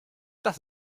das